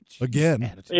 again